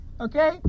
Okay